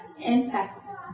impact